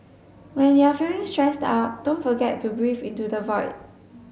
when you are feeling stressed out don't forget to breathe into the void